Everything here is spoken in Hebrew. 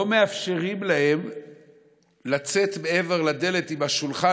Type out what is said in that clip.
לא מאפשרים להם לצאת מעבר לדלת עם השולחן,